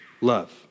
love